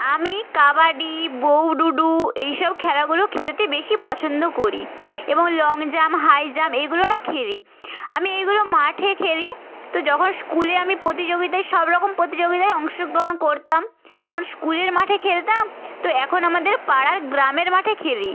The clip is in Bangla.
আমি কাবাডি বউ ডুডু এইসব খেলাগুলো খেলতে বেশি পছন্দ করি এবং লং জাম্প হাই জাম্প এগুলোও খেলি আমি এইগুলো মাঠে খেলি তো যখন স্কুলে আমি প্রতিযোগিতায় সবরকম প্রতিযোগিতায় অংশগ্রহণ করতাম তখন স্কুলের মাঠে খেলতাম তো এখন আমাদের পাড়ার গ্রামের মাঠে খেলি